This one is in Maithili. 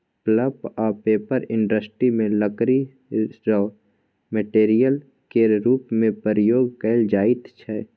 पल्प आ पेपर इंडस्ट्री मे लकड़ी राँ मेटेरियल केर रुप मे प्रयोग कएल जाइत छै